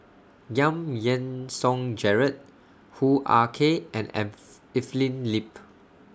Giam Yean Song Gerald Hoo Ah Kay and Eve Evelyn Lip